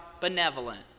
benevolent